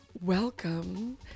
Welcome